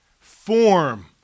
form